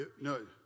no